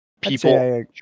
People